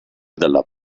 dalla